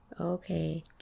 Okay